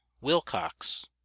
Wilcox